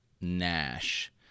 Nash